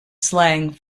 slang